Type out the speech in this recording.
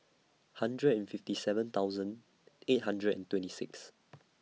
hundred and fifty seven thousand eight hundred and twenty six